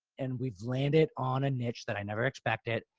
and we've landed on a niche that i never expected.